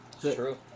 true